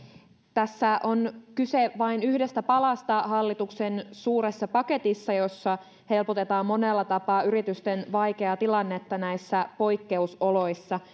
tässä on kyse vain yhdestä palasta hallituksen suuressa paketissa jossa helpotetaan monella tapaa yritysten vaikeaa tilannetta näissä poikkeusoloissa